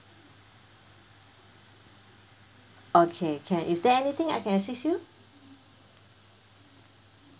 okay can is there anything I can assist you